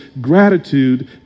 gratitude